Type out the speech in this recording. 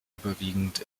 überwiegend